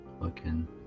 looking